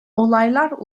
olaylar